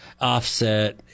Offset